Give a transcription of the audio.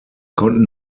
konnten